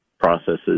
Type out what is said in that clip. processes